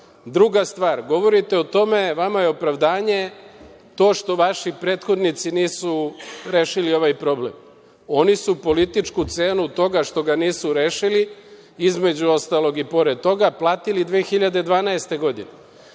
problem. Druga stvar, vama je opravdanje to što vaši prethodnici nisu rešili ovaj problem. Oni su političku cenu toga što ga nisu rešili, između ostalog i pored toga, platili 2012. godine. Treća